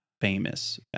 famous